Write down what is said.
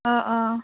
অঁ অঁ